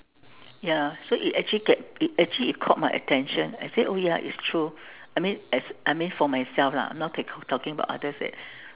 ya so it actually get it actually it caught my attention I said oh ya it's true I mean as I mean for myself lah I'm not talking about others that